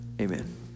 amen